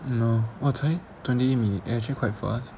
!hannor! !wah! 才 twenty minute eh actually quite fast